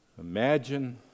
Imagine